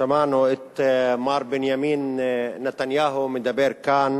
שמענו את מר בנימין נתניהו מדבר כאן